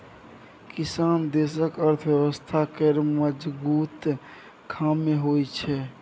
किसान देशक अर्थव्यवस्था केर मजगुत खाम्ह होइ छै